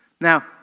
Now